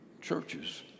churches